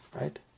right